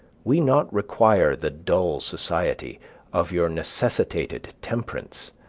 we not require the dull society of your necessitated temperance,